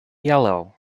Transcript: yellow